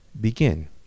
begin